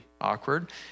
awkward